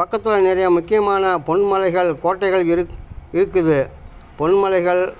பக்கத்தில் நிறைய முக்கியமான பொன்மலைகள் கோட்டைகள் இருக் இருக்குது பொன்மலைகள்